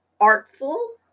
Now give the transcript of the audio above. artful